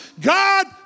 God